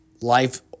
Life